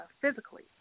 physically